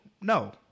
no